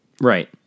right